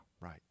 right